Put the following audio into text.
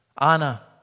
Anna